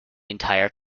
entire